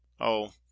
Oh